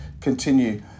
continue